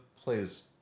Plays